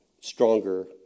stronger